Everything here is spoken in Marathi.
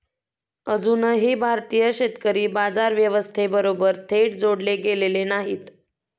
अजूनही भारतीय शेतकरी बाजार व्यवस्थेबरोबर थेट जोडले गेलेले नाहीत